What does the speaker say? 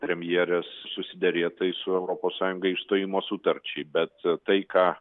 premjerės susiderėtai su europos sąjunga išstojimo sutarčiai bet tai ką